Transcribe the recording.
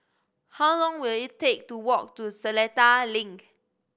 how long will it take to walk to Seletar Link